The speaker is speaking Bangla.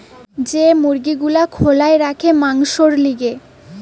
যে মুরগি গুলা খোলায় রাখে মাংসোর লিগে